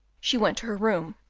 she went to her room,